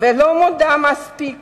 ולא מודה מספיק